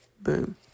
Boom